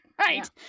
Right